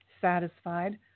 satisfied